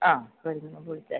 ആ പോരുന്നതിന് മുൻപ് വിളിച്ചേരെ